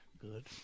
Good